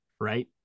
Right